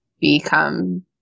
become